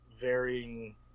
varying